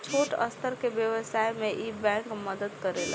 छोट स्तर के व्यवसाय में इ बैंक मदद करेला